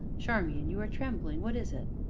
charmian, you are trembling what is it?